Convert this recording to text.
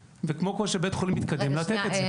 וכמו שכל בית חולים מתקדם לתת את זה.